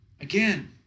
Again